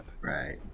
Right